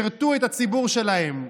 שירתו את הציבור שלהם.